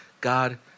God